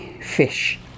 fish